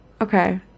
Okay